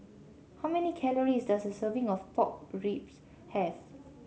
how many calories does a serving of Pork Ribs have